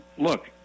Look